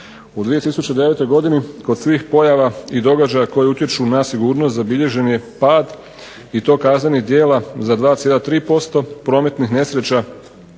U 2009. godini kod svih pojava i događaja koji utječu na sigurnost zabilježen je pad i to kaznenih djela za 2,3%, prometnih nesreća